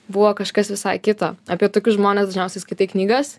buvo kažkas visai kito apie tokius žmones dažniausiai skaitai knygas